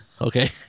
Okay